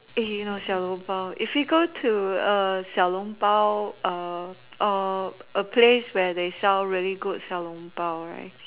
eh you know 小笼包:Xiao long Bao if you go to 小笼包:Xiao long Bao um or a place where they sell really good 小笼包:Xiao long Bao right